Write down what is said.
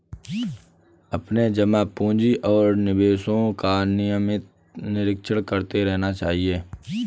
अपने जमा पूँजी और निवेशों का नियमित निरीक्षण करते रहना चाहिए